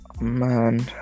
Man